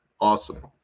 Awesome